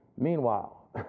Meanwhile